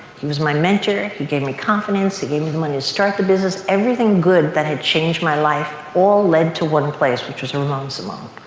he was my mentor. he gave me confidence. he gave me the money to start the business. everything good that had changed my life all led to one place, which was ah simone.